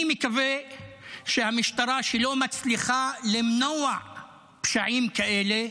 אני מקווה שהמשטרה, שלא מצליחה למנוע פשעים כאלה,